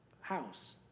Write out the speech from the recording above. house